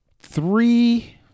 three